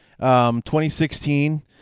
2016